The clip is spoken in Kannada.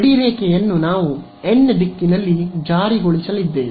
ಗಡಿರೇಖೆಯನ್ನು ನಾವು n ದಿಕ್ಕಿನಲ್ಲಿ ಜಾರಿಗೊಳಿಸಲಿದ್ದೇವೆ